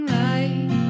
light